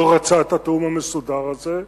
לא רצה את התיאום המסודר הזה,